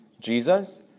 Jesus